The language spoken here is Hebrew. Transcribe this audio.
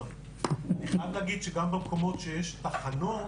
אני חייב להגיד שגם במקומות שיש תחנות,